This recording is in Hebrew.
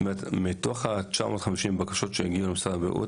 מתוך ה-950 בקשות שהגיעו למשרד הבריאות,